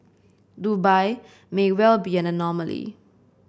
Dubai may well be an anomaly